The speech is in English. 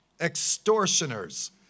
extortioners